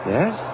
Yes